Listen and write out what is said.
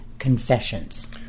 confessions